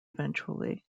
eventually